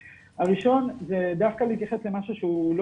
הראשון זה דווקא להתייחס למשהו שהוא לא